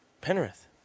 Penrith